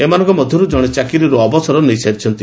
ଏମାନଙ୍କ ମଧ୍ଧରୁ ଜଣେ ଚାକିରୀରୁ ଅବସର ନେଇ ସାରିଛନ୍ତି